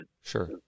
Sure